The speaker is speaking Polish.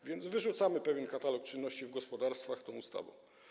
A więc wyrzucamy pewien katalog czynności w gospodarstwach tą ustawą.